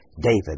David